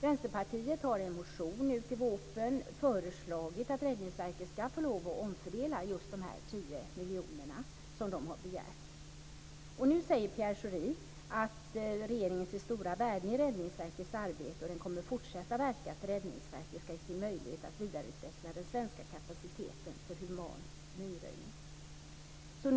Vänsterpartiet har i en motion till VÅP:en föreslagit att Räddningsverket skall få lov att omfördela de 10 miljoner som de har begärt. Nu säger Pierre Schori att regeringen ser stora värden i Räddningsverkets arbete och att den kommer att fortsätta att verka för att Räddningsverket skall ges möjlighet att vidareutveckla den svenska kapaciteten för humanitär minröjning.